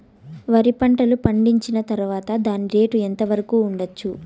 వరి పంటలు పండించిన తర్వాత దాని రేటు ఎంత వరకు ఉండచ్చు